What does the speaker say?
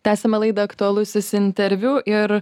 tęsiame laidą aktualusis interviu ir